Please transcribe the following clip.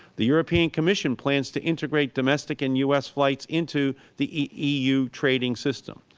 the european commission plans to integrate domestic and u s. flights into the eu trading system.